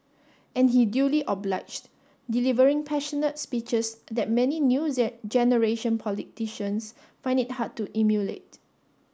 and he duly obliged delivering passionate speeches that many new generation politicians find it hard to emulate